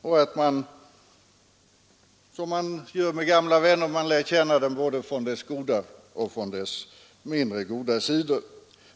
Man har lärt känna den liksom man lärt känna sina gamla vänner från både deras goda och deras mindre goda sidor.